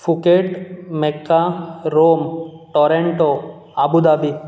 Phuket Mecca Rome Toronto Abu Dhabi